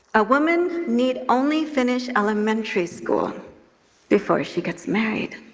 a woman need only finish elementary school before she gets married.